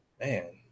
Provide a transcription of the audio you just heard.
Man